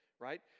right